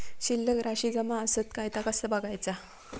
शिल्लक राशी जमा आसत काय ता कसा बगायचा?